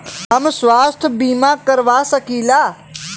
हम स्वास्थ्य बीमा करवा सकी ला?